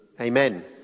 Amen